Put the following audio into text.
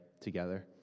together